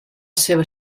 seva